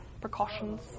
precautions